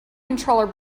controller